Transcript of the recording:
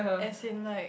as in like